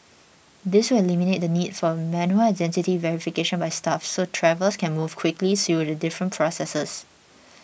this will eliminate the need for manual identity verification by staff so travellers can move quickly through the different processes